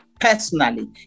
personally